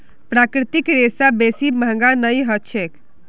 प्राकृतिक रेशा बेसी महंगा नइ ह छेक